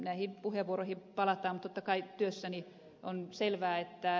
näihin puheenvuoroihin palataan totta kai työssäni on selvää että